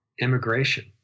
immigration